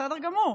בסדר גמור.